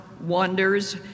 wonders